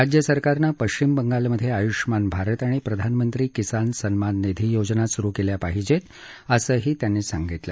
राज्य सरकारनं पश्चिम बंगालमधे आयुष्यमान भारत आणि प्रधानमंत्री किसान सन्मान निधी योजना सूरु केल्या पाहीजे असंही प्रधानमंत्री म्हणाले